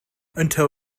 until